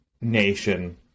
nation